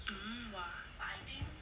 hmm